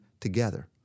Together